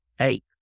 eight